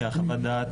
כי בחוות הדעת,